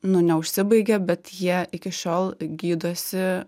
nu neužsibaigė bet jie iki šiol gydosi